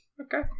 Okay